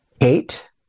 eight